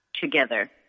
together